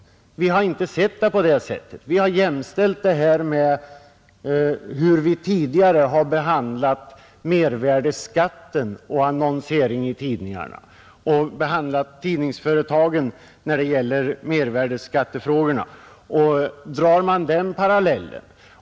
Vi har inte sett det på det viset. Vi har jämställt det här med hur vi tidigare har behandlat mervärdeskatten och annonsering i tidningarna och hur vi över huvud taget behandlat tidningsföretagen när det gäller mervärdeskattefrågorna.